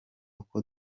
uko